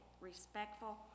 respectful